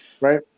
right